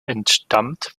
entstammt